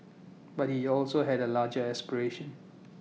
but he also had A larger aspiration